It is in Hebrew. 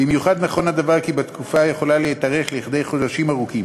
במיוחד נכון הדבר כי התקופה יכולה להתארך לכדי חודשים רבים.